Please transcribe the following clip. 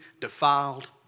defiled